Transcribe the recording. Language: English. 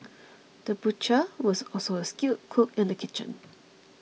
the butcher was also a skilled cook in the kitchen